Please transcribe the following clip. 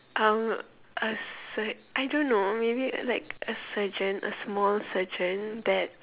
um a sur~ I don't know maybe like a surgeon a small surgeon that